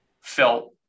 felt